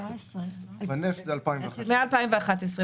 בנפט זה 2011. מ-2011.